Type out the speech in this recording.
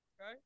Okay